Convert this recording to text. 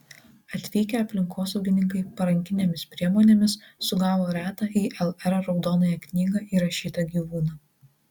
atvykę aplinkosaugininkai parankinėmis priemonėmis sugavo retą į lr raudonąją knygą įrašytą gyvūną